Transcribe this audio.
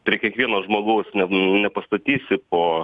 prie kiekvieno žmogaus ne nepastatysi po